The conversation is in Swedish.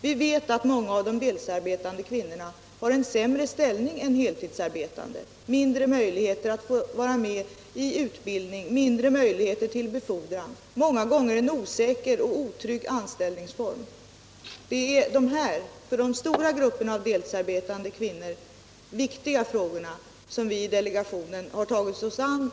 Vi vet att många av de deltidsarbetande kvinnorna har en sämre ställning än heltidsarbetande, mindre möjligheter att få vara med i utbildning. mindre möjligheter till befordran, många gånger en osäker och otrygg anställningsform. Det är dessa för de stora grupperna av deltidsarbetande kvinnor viktiga frågor som vi i delegationen har tagit oss an.